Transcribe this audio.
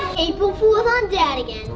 april fools' on dad again.